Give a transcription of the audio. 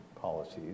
policies